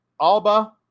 alba